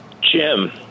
Jim